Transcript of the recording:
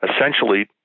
essentially